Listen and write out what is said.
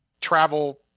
travel